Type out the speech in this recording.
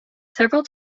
several